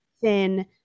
thin